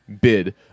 bid